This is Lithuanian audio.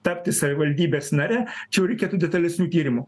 tapti savivaldybės nare čia jau reikėtų detalesnių tyrimų